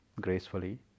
gracefully